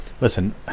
Listen